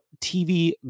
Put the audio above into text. TV